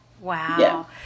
Wow